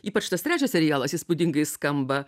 ypač tas trečias serialas įspūdingai skamba